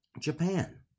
Japan